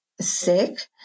sick